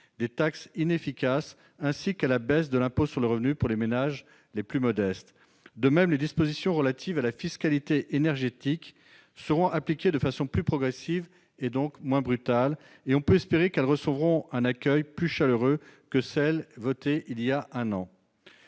des taxes inefficaces, ainsi qu'à la baisse de l'impôt sur le revenu pour les ménages les plus modestes. De même, les dispositions relatives à la fiscalité énergétique seront appliquées de façon plus progressive et moins brutale ; nous pouvons espérer qu'elles recevront un accueil plus chaleureux que celles qui ont